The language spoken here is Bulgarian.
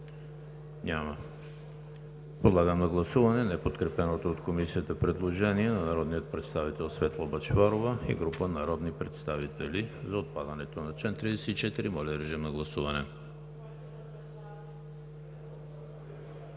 прието. Подлагам на гласуване неподкрепеното от Комисията предложение на народния представител Светла Бъчварова и група народни представители за отпадане на чл. 33. Гласували